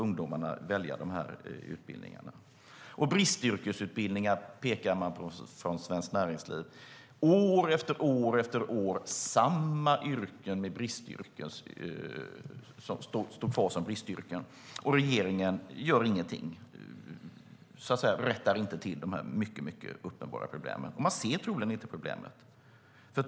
Ungdomar väljer inte dessa utbildningar. Svenskt Näringsliv pekar också på att bristyrkesutbildningar handlar om samma yrken år efter år, och regeringen gör ingenting. Man rättar inte till de uppenbara problemen. Man ser troligen inte problemen.